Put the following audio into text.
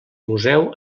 museu